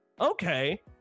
Okay